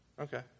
Okay